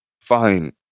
fine